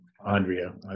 Andrea